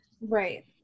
Right